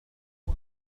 لدى